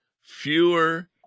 fewer